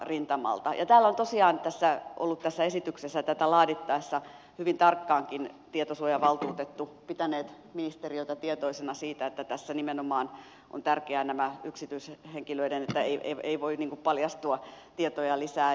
tätä esitystä laadittaessa on tosiaan tässä ollut tässä esityksessä tätä laadittaessa hyvin tarkkaankin tietosuojavaltuutettu pitänyt ministeriötä tietoisena siitä että tässä nimenomaan on tärkeää että yksityishenkilöiden tietoja ei voi paljastua lisää